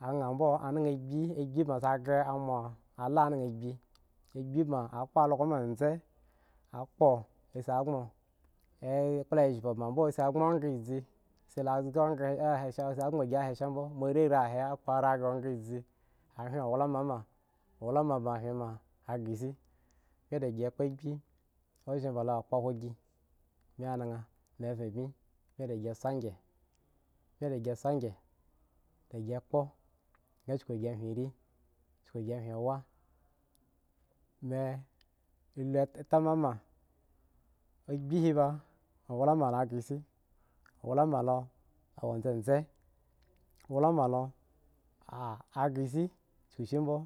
Anh mbo anaha agbi agbi baŋ isi ghre amo la anaha agbi agbi baŋ is kpo algo ma edze a kpo a si gboŋ nkpla ezhba baŋmbo sigbon okhre idzi si lo zga ghre he isi lo gboŋ gi a he shambo moare rii he, mikpo aranghre okhre idzi ahwin owlama ma owlama baŋ hwin ma aghre si bmi dagi kpo agbi ozhen balo akpohwo gi bmi anaŋ me ven bmi, bmi dagi so angyen bmi dagi kpo nga uchuku da gi hwen rii uchuku dagi hwen wa me alu tamama, agbi hi ba owlama lo ghre si owlama lo awo dzedze owlama lo ah aghre si chukushi mbo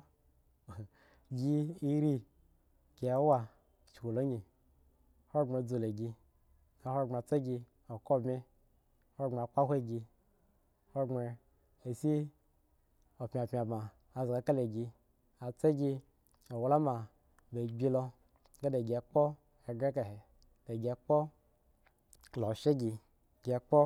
gi irii gi wa chuku la ngyi hogbren dzu la gi nga hogbren tsa gi o kabmeh hogbren kpohoro gi hogbren asi apyanpyan bma azaga kala gi atsa gi owlama ba agbi lo nga na da gi kpo eghro kale dagi kpo la oshye gi, gi kpo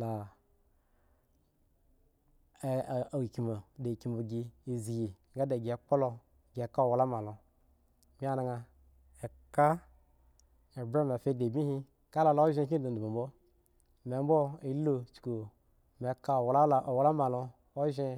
la-eh- eh ekm u da ekmmu gi izgi nga dagi kpo lo gi k owlama lo bmi naŋ eka ebwre me fa dime hi kalo ozhen kyin ndindmu mbo membo elu uchuku me ka awla la owlama lo ozhen.